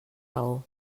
raó